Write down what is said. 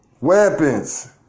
weapons